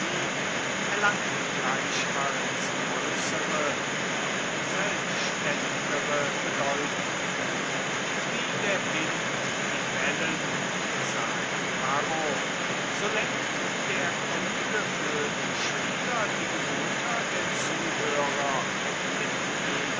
erlangte gleichfalls größere und selbständigere bedeutung wie der wind die wellen sagt varro so lenkt der kundige flötenspieler die gemüter der zuhörer mit